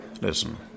listen